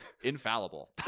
infallible